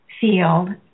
field